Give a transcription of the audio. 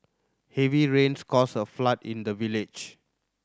heavy rains caused a flood in the village